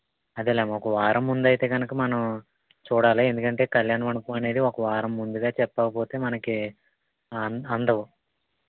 అదేలేమ్మా ఒక వారం ముందు అయితే కనుక మనం చూడాలి ఎందుకంటే కల్యాణ మండపం అనేది ఒక వారం ముందుగా చెప్పక పోతే మనకి అం అందవు